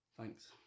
Thanks